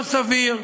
לא סביר,